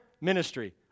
ministry